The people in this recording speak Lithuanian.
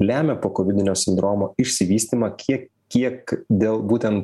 lemia po kovidinio sindromo išsivystymą kiek kiek dėl būtent